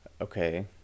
Okay